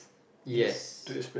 yes